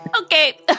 Okay